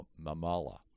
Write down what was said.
mamala